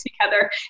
together